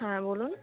হ্যাঁ বলুন